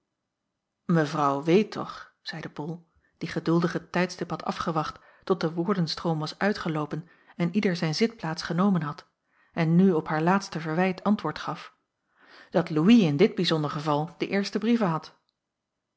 mevrouw weet toch zeide bol die geduldig het tijdstip had afgewacht tot de woordenstroom was uitgeloopen en ieder zijn zitplaats genomen had en nu op haar laatste verwijt antwoord gaf dat louis in dit bijzonder geval de eerste brieven had